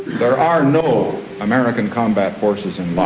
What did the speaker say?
there are no american combat forces in laos.